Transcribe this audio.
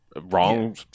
wrong